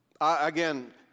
Again